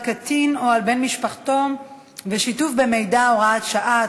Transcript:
קטין או על בן משפחתו ושיתוף במידע (הוראת שעה),